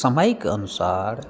समयके अनुसार